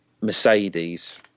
Mercedes